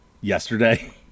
Yesterday